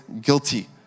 Guilty